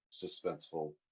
suspenseful